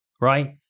right